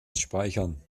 speichern